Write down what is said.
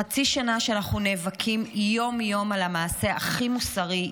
חצי שנה שאנחנו נאבקים יום-יום על המעשה הכי מוסרי,